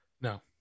No